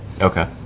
Okay